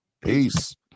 Peace